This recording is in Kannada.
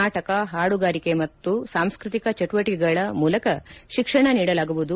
ನಾಟಕ ಪಾಡುಗಾರಿಕೆ ಹಾಗೂ ಸಾಂಸ್ಟ್ರತಿಕ ಚಟುವಟಿಕೆಗಳ ಮೂಲಕ ಶಿಕ್ಷಣ ನೀಡಲಾಗುವುದು